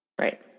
right